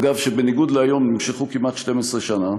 אגב, שבניגוד להיום נמשכו כמעט 12 שנה.